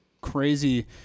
crazy